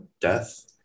death